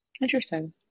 Interesting